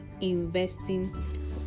investing